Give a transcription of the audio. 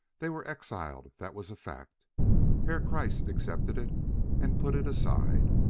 they were exiled that was a fact herr kreiss accepted it and put it aside.